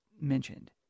mentioned